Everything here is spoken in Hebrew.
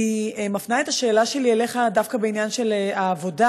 אני מפנה את השאלה שלי אליך דווקא בעניין של העבודה,